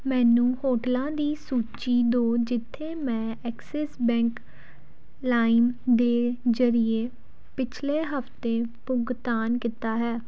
ਮੈਨੂੰ ਹੋਟਲਾਂ ਦੀ ਸੂਚੀ ਦਿਓ ਜਿਥੇ ਮੈਂ ਐਕਸਿਸ ਬੈਂਕ ਲਾਇਮ ਦੇ ਜ਼ਰੀਏ ਪਿਛਲੇ ਹਫ਼ਤੇ ਭੁਗਤਾਨ ਕੀਤਾ ਹੈ